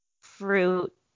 fruit